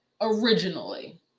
originally